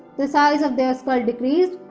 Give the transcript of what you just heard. the size of their skull decreased,